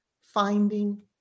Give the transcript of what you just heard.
finding